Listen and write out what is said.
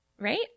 right